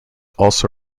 also